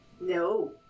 No